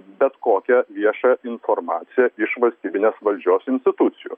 bet kokią viešą informaciją iš valstybinės valdžios institucijų